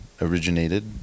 originated